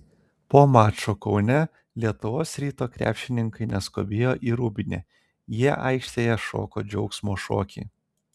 po mačo kaune lietuvos ryto krepšininkai neskubėjo į rūbinę jie aikštėje šoko džiaugsmo šokį